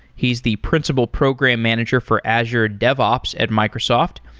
he's the principal program manager for azure devops at microsoft.